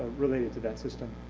related to that system.